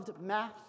math